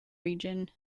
region